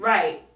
Right